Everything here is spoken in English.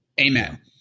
Amen